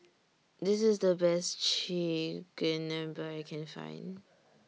This IS The Best Chigenabe I Can Find